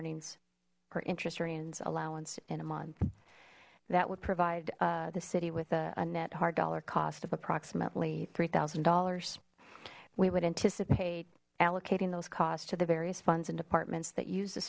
earnings her interest rayon's allowance in a month that would provide the city with a net hard dollar cost of approximately three thousand dollars we would anticipate allocating those costs to the various funds and departments that use